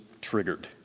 triggered